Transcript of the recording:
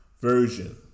Version